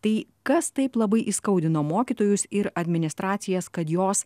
tai kas taip labai įskaudino mokytojus ir administracijas kad jos